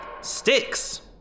Sticks